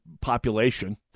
population